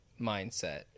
mindset